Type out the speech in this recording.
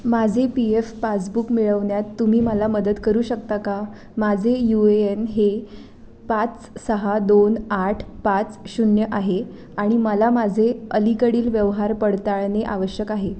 माझे P F passbook मिळवण्यात तुम्ही मला मदत करू शकता का माझे यू ए एन हे पाच सहा दोन आठ पाच शून्य आहे आणि मला माझे अलीकडील व्यवहार पडताळणे आवश्यक आहे